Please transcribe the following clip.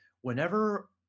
whenever